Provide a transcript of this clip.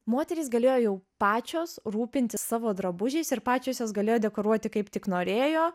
moterys galėjo jau pačios rūpintis savo drabužiais ir pačios juos galėjo dekoruoti kaip tik norėjo